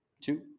two